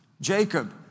Jacob